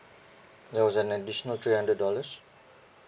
there was an additional three hundred dollars